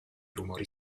rumori